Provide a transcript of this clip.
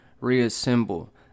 reassemble